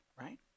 right